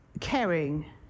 caring